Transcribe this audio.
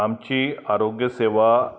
आमची आरोग्य सेवा